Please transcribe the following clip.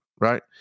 right